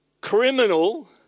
criminal